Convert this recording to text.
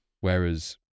whereas